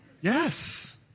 Yes